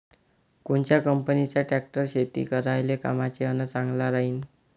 कोनच्या कंपनीचा ट्रॅक्टर शेती करायले कामाचे अन चांगला राहीनं?